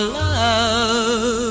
love